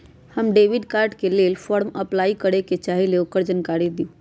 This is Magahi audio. हम डेबिट कार्ड के लेल फॉर्म अपलाई करे के चाहीं ल ओकर जानकारी दीउ?